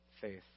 faith